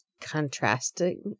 contrasting